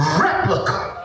replica